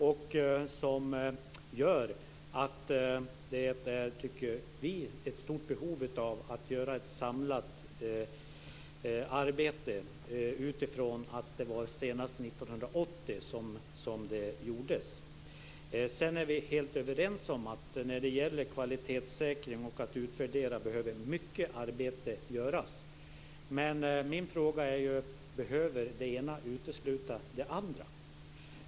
Detta gör också att det finns ett mycket stort behov av att göra ett samlat arbete utifrån det faktum att det var senast 1980 som något sådant gjordes. Vi är helt överens om att när det gäller kvalitetssäkring och utvärdering behöver mycket arbete göras. Min fråga är: Behöver det ena utesluta det andra?